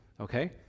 Okay